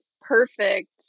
perfect